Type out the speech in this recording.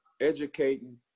educating